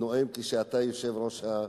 נואם כשאתה יושב-ראש המליאה.